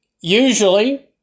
Usually